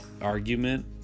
Argument